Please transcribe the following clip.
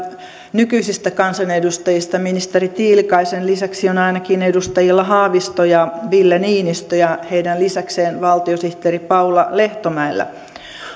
nykyisistä kansanedustajista ministeri tiilikaisen lisäksi on ainakin edustajilla haavisto ja ville niinistö ja heidän lisäkseen valtiosihteeri paula lehtomäellä